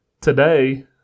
Today